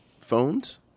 phones